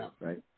right